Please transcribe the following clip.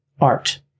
art